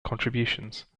contributions